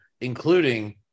including